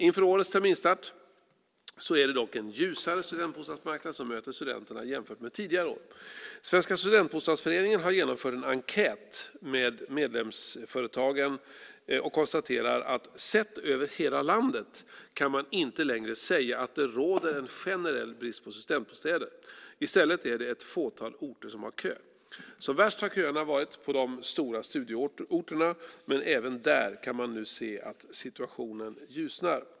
Inför årets terminsstart är det dock en ljusare studentbostadsmarknad som möter studenterna jämfört med tidigare år. Svenska Studentbostadsföreningen har genomfört en enkät med medlemsföretagen och konstaterar att "sett över hela landet kan man inte längre säga att det råder en generell brist på studentbostäder, i stället är det ett fåtal orter som har kö. Som värst har köerna varit på de stora studieorterna, men även där kan man nu se att situationen ljusnar."